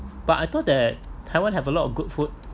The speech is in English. but I thought that taiwan have a lot of good food